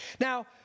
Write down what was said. Now